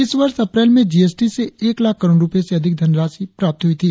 इस वर्ष अप्रैल में जीएसटी से एक लाख करोड़ रुपये से अधिक धनराशि प्राप्त हई थी